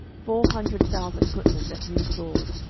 four hundred thousand footmen that drew sword.